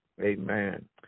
amen